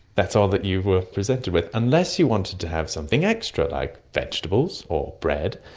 that's all that you were presented with, unless you wanted to have something extra like vegetables or bread.